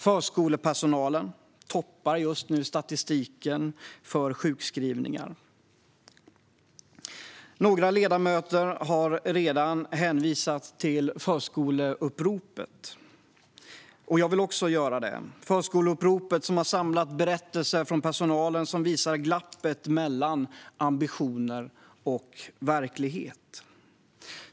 Förskolepersonal toppar just nu statistiken för sjukskrivningar. Några ledamöter har redan hänvisat till Förskoleupproret. Jag vill också göra det. Förskoleupproret har samlat berättelser från personalen som visar glappet mellan ambitioner och verklighet.